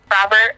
Robert